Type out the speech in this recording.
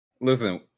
Listen